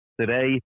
today